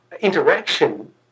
interaction